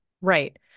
Right